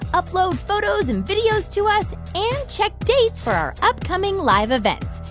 upload photos and videos to us and check dates for our upcoming live events.